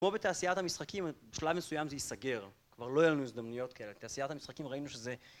כמו בתעשיית המשחקים בשלב מסוים זה ייסגר כבר לא היה לנו הזדמנויות כאלה בתעשיית המשחקים ראינו שזה